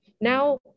Now